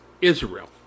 Israel